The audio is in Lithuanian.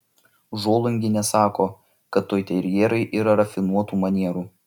žolungienė sako kad toiterjerai yra rafinuotų manierų